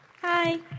Hi